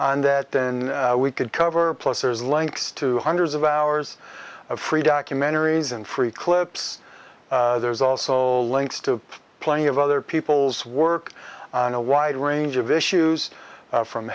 on that than we could cover plus there's links to hundreds of hours of free documentaries and free clips there's also links to plenty of other people's work on a wide range of issues from